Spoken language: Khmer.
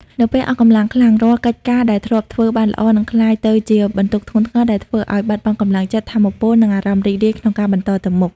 នៅពេលអស់កម្លាំងខ្លាំង រាល់កិច្ចការដែលធ្លាប់ធ្វើបានល្អ នឹងក្លាយទៅជាបន្ទុកធ្ងន់ធ្ងរ ដែលធ្វើឲ្យបាត់បង់កម្លាំងចិត្ត ថាមពល និងអារម្មណ៍រីករាយក្នុងការបន្តទៅមុខ។